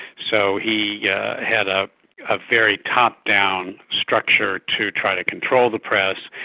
so he yeah had ah a very top-down structure to try to control the press,